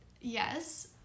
yes